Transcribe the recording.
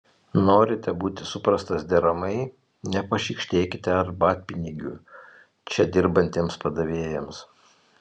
norite būti suprastas deramai nepašykštėkite arbatpinigių čia dirbantiems padavėjams